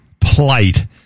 plight